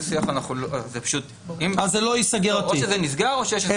או שזה נסגר או שיש הסדר מותנה.